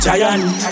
Giant